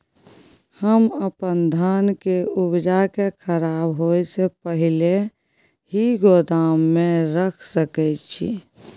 हम अपन धान के उपजा के खराब होय से पहिले ही गोदाम में रख सके छी?